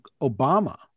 Obama